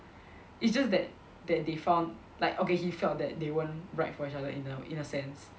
it's just that that they found like okay he felt that they weren't right for each other in a in a sense